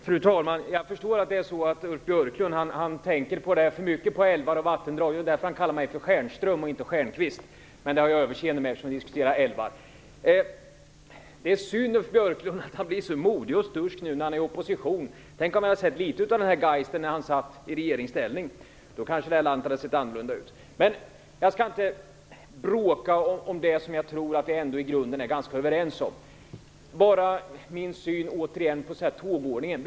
Fru talman! Det är synd att Ulf Björklund är så modig och stursk nu när han är i opposition. Tänk om vi hade fått se litet av den här geisten när han satt i regeringsställning! Då kanske det här landet hade sett annorlunda ut. Jag skall inte bråka om det som jag tror att vi i grunden är ganska överens om. Jag vill bara återigen ge min syn på tågordningen.